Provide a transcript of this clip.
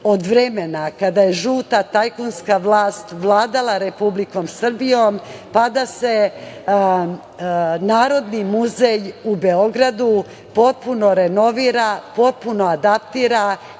od vremena kada je žuta tajkunska vlast vladala Republikom Srbijom, pa da se Narodni muzej u Beogradu potpuno renovira, potpuno adaptira,